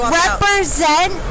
represent